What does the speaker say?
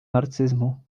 narcyzmu